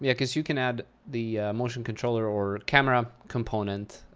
yeah because you can add the motion controller or camera component,